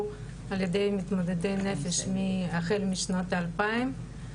על-ידי מתמודדי נפש החל משנות האלפיים.